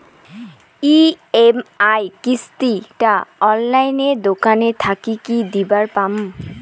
EMI কিস্তি টা অনলাইনে দোকান থাকি কি দিবার পাম?